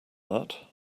that